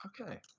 Okay